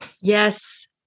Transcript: yes